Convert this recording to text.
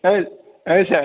ओइ ओइ सार